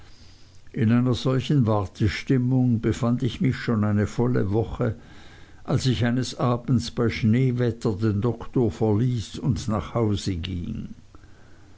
in einer solchen wartestimmung befand ich mich schon eine volle woche als ich eines abends bei schneewetter den doktor verließ und nach hause ging